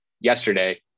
yesterday